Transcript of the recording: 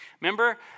remember